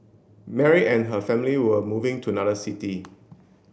Mary and her family were moving to another city